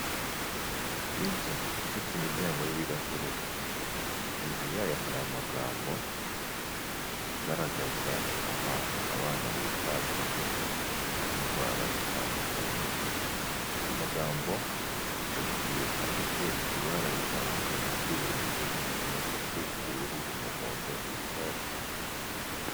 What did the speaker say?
Inzu ifite imiryango y'ibirahure, hejuru yayo hari amagambo agaragaza ahantu abana bitabwaho bafite indwara zitandukanye. Amagambo agiye afite ibara ritandukanye kuri buri nyuguti; umutuku, ubururu, umuhondo n'icyatsi.